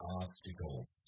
obstacles